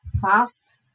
fast